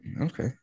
Okay